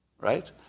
right